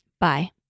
bye